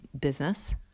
business